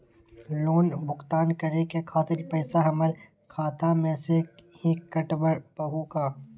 Loan भुगतान करे के खातिर पैसा हमर खाता में से ही काटबहु का?